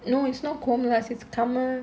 no it's not koomalas it's kamal